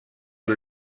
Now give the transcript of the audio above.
por